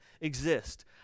exist